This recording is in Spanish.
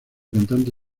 cantante